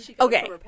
okay